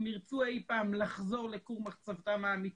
אם הם ירצו אי פעם לחזור לכור מחצבתם האמיתי,